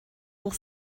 pour